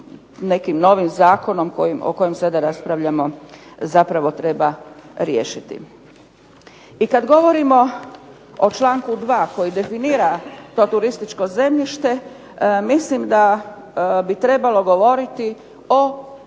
nekim novim zakonom o kojem sada raspravljamo zapravo treba riješiti. I kad govorimo o članku 2. koji definira kao turističko zemljište, mislim da bi trebalo govoriti o